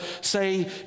say